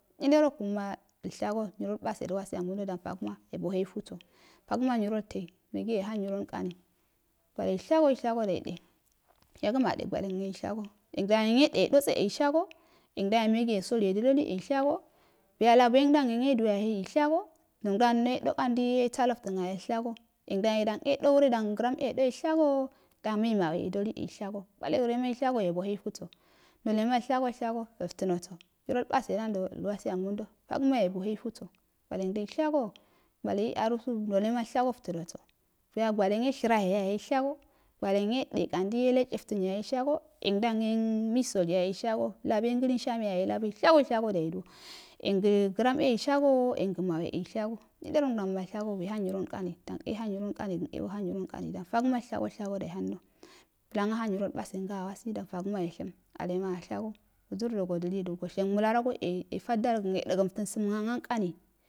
Nyilerokun ma əishago nyi rolbaselwasigodo. danttag əma yebo heifuso fagəma nyiro tei megiyo fagəma nyiro tei megiyo yehaous nyironkani gwaleishago shego dayede yagima de gwalenyoshso biya yenyo deishago yendan megiyo soli yedadooli eishaso buya cabo gban yenye duwo yarhei shago yengeh an ndei do kandi salozton jahishago yengdan gram yedouredan yahe shago dan mei maune dadoli eshago gwale wallahi ewuaima shaso yeso heifubo noie moushagoll shago alternoso irrolbase nandomal wasiyaso tagəma yebo haifuso gwalengam usaso gwalaii arusu nale maishagoi itənoso gwalen yeshənoso gwalenyeshərahe yaheishaso walen yen yele tehytrən yyahe ushago yendan maiso yarhishaso laboyen lurishaine yahieshago daiduw yengəgrame ushagoo yengə mawe ushago yangə mawe eshago nyilerondama shago yehan nyron komi dene yehan nyironn kira gən e go ham nyiron kane ddanfagəma nyiro shago shago da ye ha mda blangohan nyirol base da awasi fgama yesihum alema ashago wuzurdo go dilido goshinməlarogo e yefadai kən səməng amgankani,